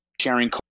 sharing